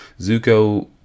Zuko